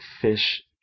fish